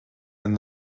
and